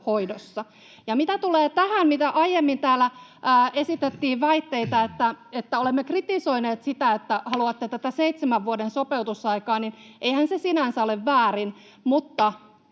Mitä tulee tähän, mitä aiemmin täällä esitettiin väitteitä, että olemme kritisoineet sitä, että haluatte tätä seitsemän vuoden sopeutusaikaa, niin eihän se sinänsä ole väärin,